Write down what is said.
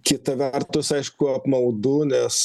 kita vertus aišku apmaudu nes